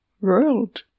world